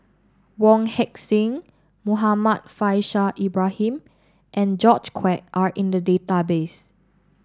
Wong Heck Sing Muhammad Faishal Ibrahim and George Quek are in the database